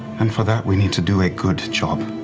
and for that we need to do a good job.